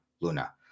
luna